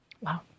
Wow